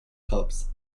tops